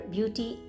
Beauty